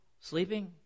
sleeping